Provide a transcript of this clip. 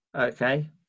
Okay